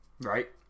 right